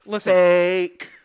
Fake